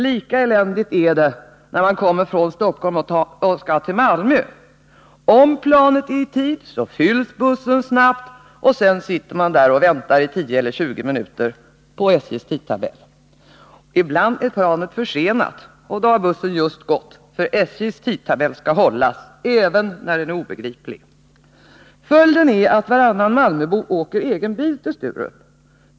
Lika eländigt är det när man kommer från Stockholm och skall till Malmö. Om planet är i tid fylls bussen snabbt, och sedan sitter man där och väntar i 10-20 minuter på grund av SJ:s tidtabell. Ibland är planet försenat, och då har bussen just gått eftersom SJ:s tidtabell skall hållas — även när den är obegriplig. Följden är att varannan malmöbo åker i egen bil till Sturup.